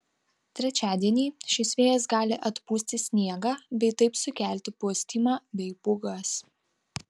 trečiadienį šis vėjas gali atpūsti sniegą bei taip sukelti pustymą bei pūgas